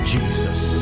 Jesus